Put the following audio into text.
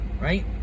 Right